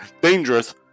Dangerous